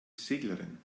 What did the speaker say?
seglerin